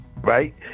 right